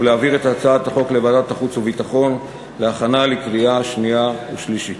ולהעביר את הצעת החוק לוועדת החוץ והביטחון להכנה לקריאה שנייה ושלישית.